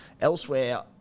elsewhere